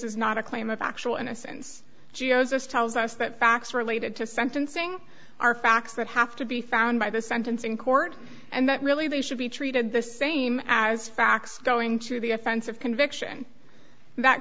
is not a claim of actual innocence geos this tells us that facts related to sentencing are facts that have to be found by the sentencing court and that really they should be treated the same as facts going to be offensive conviction that